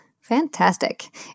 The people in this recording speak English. Fantastic